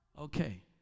Okay